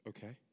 Okay